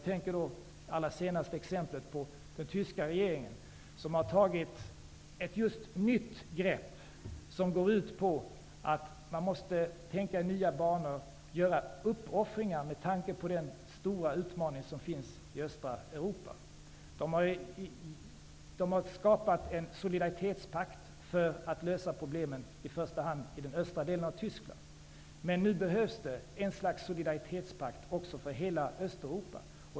Det allra senaste exemplet är den tyska regeringen. Den har tagit ett nytt grepp som går ut på att man måste tänka i nya banor och göra uppoffringar med tanke på den stora utmaning som finns i östra Europa. Man har skapat en solidaritetspakt för att lösa problemen i första hand i den östra delen av Tyskland. Nu behövs det ett slags solidaritetspakt också för hela Östeuropa.